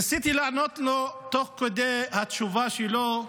ניסיתי לענות לו תוך כדי התשובה שלו,